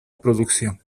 producción